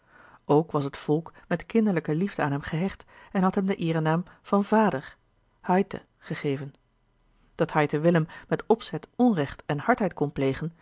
ook was het volk met kinderlijke liefde aan hem gehecht en had hem den eernaam van vader haite gegeven dat haite willem met opzet onrecht en hardheid kon plegen